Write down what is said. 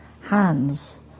hands